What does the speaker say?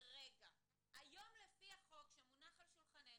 היום לפי החוק שמונח על שולחננו,